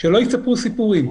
שלא יספרו סיפורים.